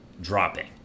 dropping